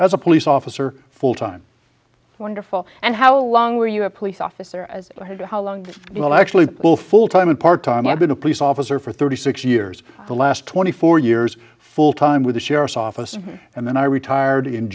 as a police officer full time wonderful and how long were you a police officer as to how long it will actually pull full time and part time i've been a police officer for thirty six years the last twenty four years full time with the sheriff's office and then i retired in